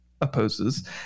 opposes